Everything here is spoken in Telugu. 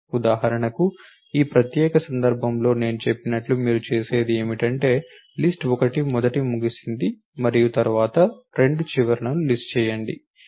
ఉదాహరణకు ఈ ప్రత్యేక సందర్భంలో నేను చెప్పినట్లు మీరు చేసేది ఏమిటంటే లిస్ట్ 1 మొదట ముగిసింది మరియు తర్వాత లిస్ట్ 2 ముగిసింది